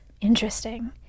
Interesting